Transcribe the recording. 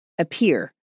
appear